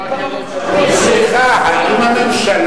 הוא שר החוץ, הוא חייב